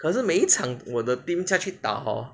可是每一场我的 team 下去打 hor